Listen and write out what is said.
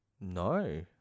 No